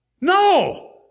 No